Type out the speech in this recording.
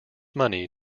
money